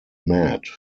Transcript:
mad